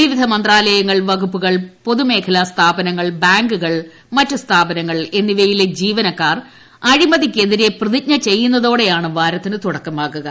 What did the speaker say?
വിവിധ മന്ത്രാലയങ്ങൾ വകുപ്പുകൾ പൊതുമേഖലാ സ്ഥാപനങ്ങൾ ബാങ്കുകൾ മറ്റ് സ്ഥാപനങ്ങൾ എന്നിവയിലെ ജീവനക്കാർ അഴിമതിക്കെതിരെ പ്രതിജ്ഞ ചെയ്യുന്നതോടെയാണ് വാരത്തിന് തുടക്കമാവുക